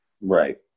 Right